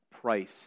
price